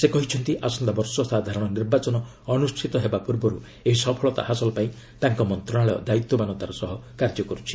ସେ କହିଛନ୍ତି ଆସନ୍ତା ବର୍ଷ ସାଧାରଣ ନିର୍ବାଚନ ଅନୁଷ୍ଠିତ ହେବା ପୂର୍ବରୁ ଏହି ସଫଳତା ହାସଲ ପାଇଁ ତାଙ୍କ ମନ୍ତ୍ରଶାଳୟ ଦାୟିତ୍ୱବାନ ତାର ସହ କାର୍ଯ୍ୟ କରୁଛନ୍ତି